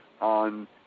on